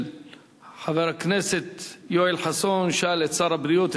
חבר הכנסת יואל חסון שאל את שר הבריאות,